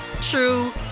true